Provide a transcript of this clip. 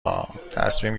ها، تصمیم